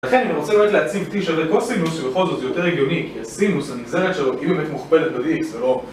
לכן אם אני רוצה ללכת להציב T שווה קוסינוס, שבכל זאת יותר הגיוני, כי הסינוס הנגזרת שלו היא באמת מוכפלת ב-DX, ולא...